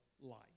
life